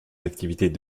activités